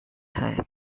time